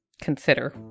consider